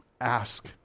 ask